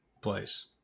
place